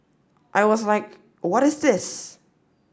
I was like what is this